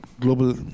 global